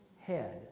head